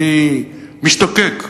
אני משתוקק אפילו,